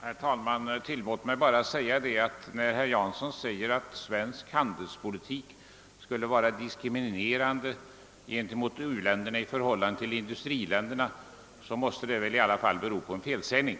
Herr talman! Tillåt mig bara framhålla att herr Jansson, när han säger att svensk handelspolitik skulle vara diskriminerande mot u-länderna och gynna industriländerna, ändå måste göra sig skyldig till en felsägning.